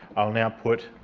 i will now put